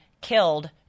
killed